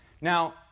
Now